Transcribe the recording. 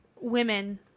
women